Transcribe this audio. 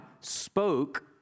spoke